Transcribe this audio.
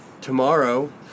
tomorrow